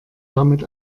damit